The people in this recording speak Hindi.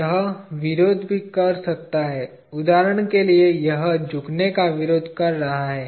यह विरोध भी कर सकता है उदाहरण के लिए यह झुकने का विरोध कर रहा है